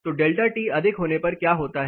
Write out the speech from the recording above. तो delta T अधिक होने पर क्या होता है